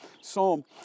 psalm